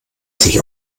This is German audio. sich